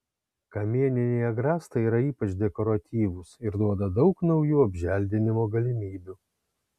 kamieniniai agrastai yra ypač dekoratyvūs ir duoda daug naujų apželdinimo galimybių